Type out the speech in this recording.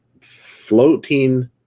floating